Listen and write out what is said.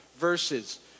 Verses